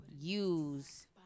use